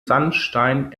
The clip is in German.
sandstein